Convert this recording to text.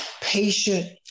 patient